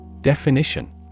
Definition